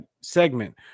segment